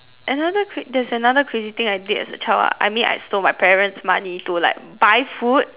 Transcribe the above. another cra~ there is another crazy thing I did as a child ah I mean I stole my parents money to like buy food